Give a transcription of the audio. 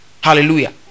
Hallelujah